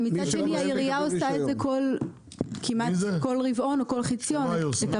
העירייה עושה את הפיקוח כמעט כל רבעון או כל חציון.